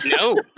No